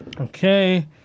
Okay